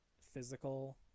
physical